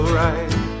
right